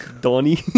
Donnie